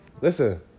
Listen